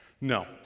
No